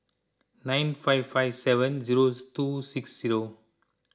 nine five five seven zero two six zero